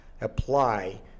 apply